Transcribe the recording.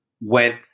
went